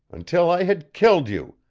until i had killed you,